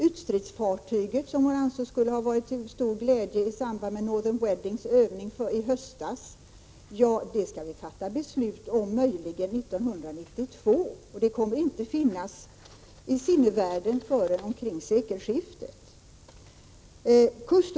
Ytstridsfartyget, som hon ansåg skulle ha varit till stor glädje i samband med Northern Weddings övning i höstas, skall vi möjligen fatta beslut om 1992, och det kommer inte att finnas i sinnevärlden förrän vid sekelskiftet.